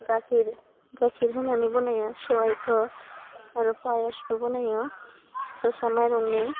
गाइखेर गाइखेर होनानै बनायो सेवाइखौ आरो पायसबो बनायो जोसा माइरंनि